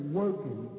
working